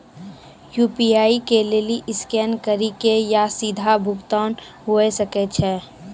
UPI के लेली scan करि के या सीधा भुगतान हुये सकै छै